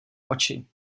oči